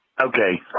Okay